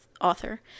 Author